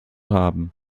haben